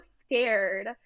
scared